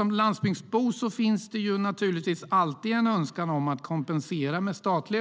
Vi landsbygdsbor när givetvis alltid en önskan att statliga